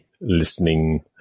listening